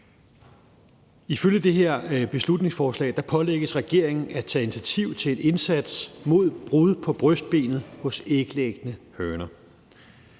Ifølge beslutningsforslaget pålægges regeringen at tage initiativ til en indsats mod brud på brystbenet hos æglæggende høner.